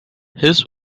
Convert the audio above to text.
his